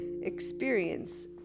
experience